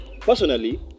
personally